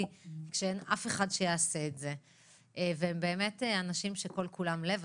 כשאין אף אחד שיעשה את זה והם באמת אנשים שכל כולם לב.